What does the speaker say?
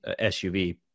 SUV